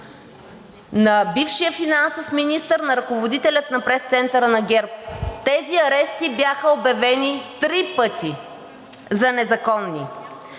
на бившия финансов министър, на ръководителя на пресцентъра на ГЕРБ. Тези арести бяха обявени три пъти за незаконни.